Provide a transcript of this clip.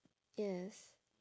yes